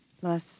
Plus